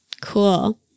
Cool